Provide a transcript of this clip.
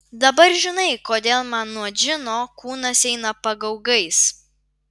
dabar žinai kodėl man nuo džino kūnas eina pagaugais